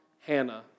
Hannah